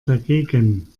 dagegen